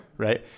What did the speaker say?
right